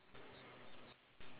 it's what's this